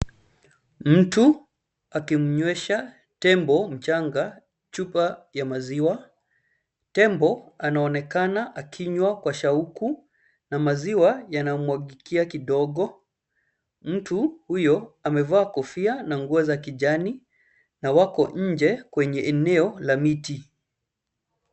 Mtu akimnywesha tembo mchanga chupa ya maziwa. Tembo anaonekana akinywa kwa shauku na maziwa yanamwagikia kidogo. Mtu huyo amevaa kofia na nguo za kijani na wako nje kwenye eneo la miti.